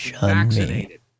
vaccinated